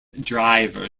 driver